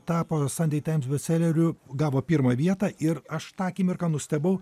tapo sunday times bestseleriu gavo pirmą vietą ir aš tą akimirką nustebau